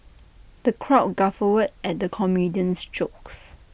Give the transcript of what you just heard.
the crowd guffawed at the comedian's jokes